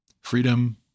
Freedom